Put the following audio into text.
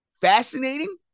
fascinating